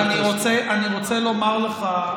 אני רוצה לומר לך,